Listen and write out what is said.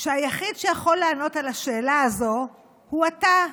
שהיחיד שיכול לענות על השאלה הזו הוא אתה,